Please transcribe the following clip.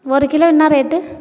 ஒரு கிலோ என்ன ரேட்டு